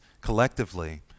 collectively